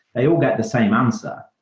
they all get the same answer.